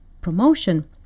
promotion